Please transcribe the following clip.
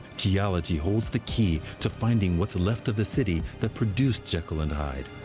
geology holds the key to finding what's left of the city that produced jekyll and hyde.